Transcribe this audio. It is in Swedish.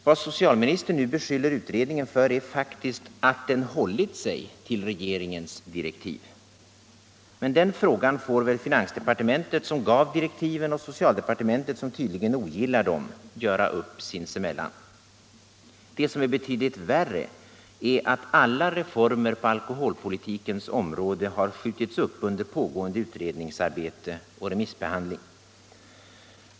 Vad socialministern nu beskyller utredningen för är faktiskt att den hållit sig till regeringens direktiv. Men den frågan får väl finansdepartementet, som gav direktiven, och socialdepartementet, som tydligen ogillar dem, göra upp sinsemellan. Det som är betydligt värre är att alla reformer på alkoholpolitikens område har skjutits upp under pågående utredningsarbete och remissbehandling.